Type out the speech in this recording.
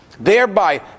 thereby